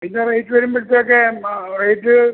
പിന്നെ റേറ്റ് വരുമ്പഴത്തേക്ക് ആ റേറ്റ്